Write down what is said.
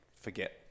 forget